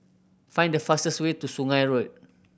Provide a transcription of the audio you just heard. find the fastest way to Sungei Road